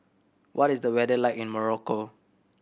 what is the weather like in Morocco